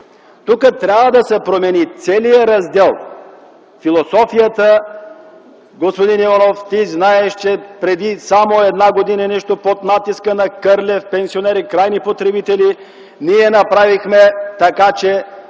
Тук трябва да се промени целият раздел, философията. Господин Иванов, ти знаеш, че преди само една година и нещо под натиска на Кърлев, пенсионери, крайни потребители, ние направихме така че